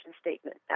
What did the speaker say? statement